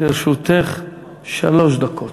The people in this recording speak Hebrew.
לרשותך שלוש דקות.